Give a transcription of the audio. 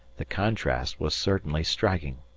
the contrast was certainly striking!